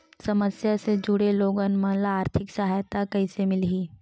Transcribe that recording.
समस्या ले जुड़े लोगन मन ल आर्थिक सहायता कइसे मिलही?